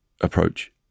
approach